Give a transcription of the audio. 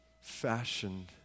fashioned